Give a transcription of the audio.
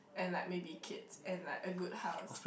and like maybe kids and like a good house